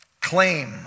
Claim